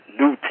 new